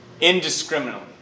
indiscriminately